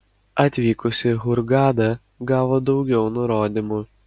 atvykus į hurgadą gavo daugiau nurodymų